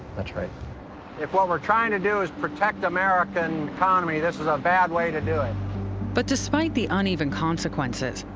that's right. if what we're trying to do is protect the american economy, this is a bad way to do it. sullivan but despite the uneven consequences,